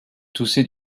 toussait